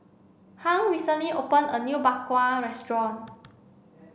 Hung recently opened a new Bak Kwa restaurant